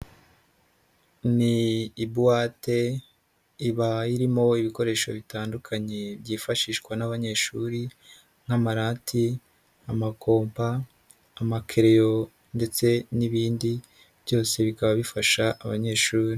Ni ibuwate iba irimo ibikoresho bitandukanye byifashishwa n'abanyeshuri nk'amarati, amakompa, amakereyo ndetse n'ibindi byose bikaba bifasha abanyeshuri.